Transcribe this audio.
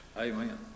Amen